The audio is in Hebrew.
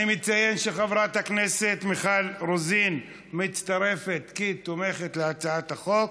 אני מציין שחברת הכנסת מיכל רוזין מצטרפת כתומכת בהצעת החוק,